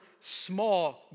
small